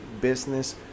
business